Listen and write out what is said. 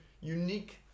unique